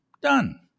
Done